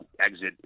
exit